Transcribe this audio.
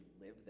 live